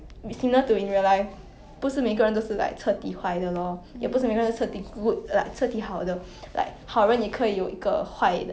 it's this show right where this girl is actually to be an assassin then like she was originally with her original like first male lead lah